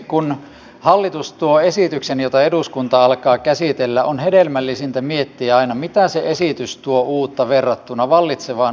kun hallitus tuo esityksen jota eduskunta alkaa käsitellä on hedelmällisintä miettiä aina mitä uutta se esitys tuo verrattuna vallitsevaan olotilaan